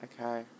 Okay